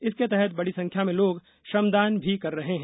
इसके तहत बड़ी संख्या में लोग श्रमदान भी कर रहे हैं